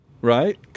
right